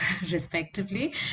respectively